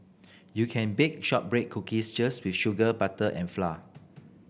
you can bake shortbread cookies just with sugar butter and flour